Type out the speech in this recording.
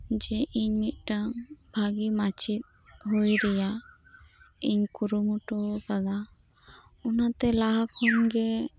ᱡᱮ ᱤᱧ ᱢᱤᱫᱴᱟᱝ ᱵᱷᱟᱜᱤ ᱢᱟᱪᱮᱫ ᱦᱩᱭ ᱨᱮᱭᱟᱜ ᱤᱧ ᱠᱩᱨᱩ ᱢᱩᱴᱩᱣ ᱠᱟᱫᱟ ᱚᱱᱟᱛᱮ ᱞᱟᱦᱟ ᱠᱷᱚᱱ ᱜᱮ